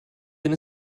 wenn